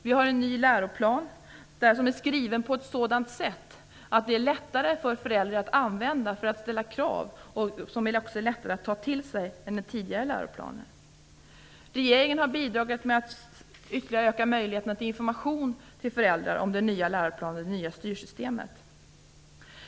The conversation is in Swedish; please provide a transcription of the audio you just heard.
Vi har en ny läroplan, som är skriven på ett sådant sätt att det är lättare för föräldrar att använda den för att ställa krav, och den är också lättare att ta till sig än den tidigare läroplanen. Regeringen har också ytterligare ökat möjligheterna för föräldrarna att få information om den nya läroplanen och det nya styrsystemet.